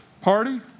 party